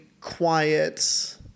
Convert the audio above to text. quiet